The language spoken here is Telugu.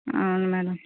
అవును మేడం